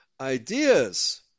ideas